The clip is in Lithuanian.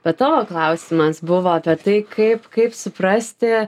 bet tavo klausimas buvo apie tai kaip kaip suprasti